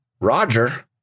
Roger